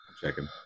Checking